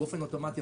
באופן אוטומטי,